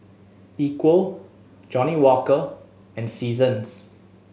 Equal Johnnie Walker and Seasons